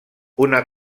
una